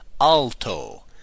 Alto